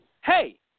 Hey